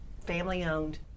family-owned